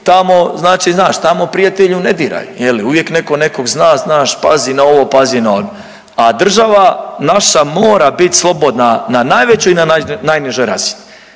tamo prijatelju ne diraj je li, uvijek neko nekog zna, znaš pazi na ovo pazi na ono, a država naša mora bit slobodna na najvećoj i na najnižoj razini.